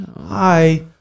Hi